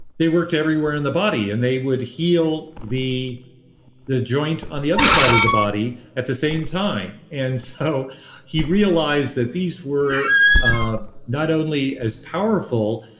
they worked everywhere in the body and they would heal the the joint on the other side of the body at the same time. and so he realized that these were ah not only as powerful,